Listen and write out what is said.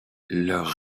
leurs